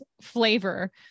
flavor